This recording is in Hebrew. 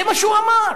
זה מה שהוא אמר.